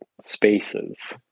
spaces